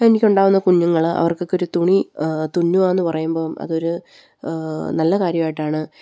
എനിക്കുണ്ടാകുന്ന കുഞ്ഞുങ്ങള് അവർക്കൊക്കെയൊരു തുണി തുന്നുകയെന്ന് പറയുമ്പോള് അതൊരു നല്ല കാര്യമായിട്ടാണ്